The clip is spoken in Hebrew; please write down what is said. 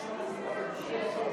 להעביר את הצעת חוק הרשות למאבק באלימות,